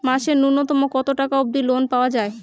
মাসে নূন্যতম কতো টাকা অব্দি লোন পাওয়া যায়?